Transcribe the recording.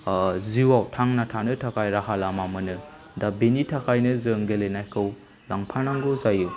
जिउआव थांना थानो थाखाय राहा लामा मोनो दा बेनि थाखायनो जों गेलेनायखौ लांफानांगौ जायो